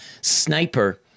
sniper